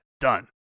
done